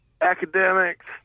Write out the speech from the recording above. academics